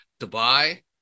Dubai